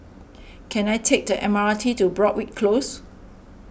can I take the M R T to Broadrick Close